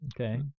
Okay